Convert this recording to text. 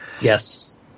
Yes